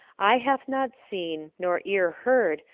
eye hath not seen, nor ear heard,